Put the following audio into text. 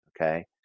okay